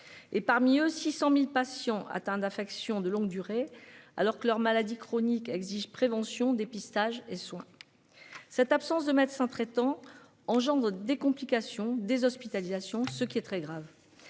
et parmi eux, 600.000 patients atteints d'affections de longue durée, alors que leur maladie chronique exige prévention dépistage et soins. Cette absence de médecins traitants engendre des complications des hospitalisations. Ce qui est très grave.